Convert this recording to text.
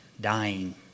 dying